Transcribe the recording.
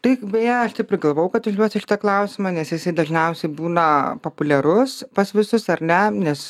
tai beje aš taip ir galvojau kad užduosi šitą klausimą nes jisai dažniausiai būna populiarus pas visus ar ne nes